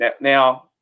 Now